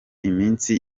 iminsi